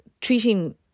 treating